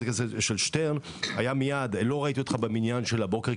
הכנסת שטרן הייתה מייד "לא ראיתי אותך במניין של הבוקר",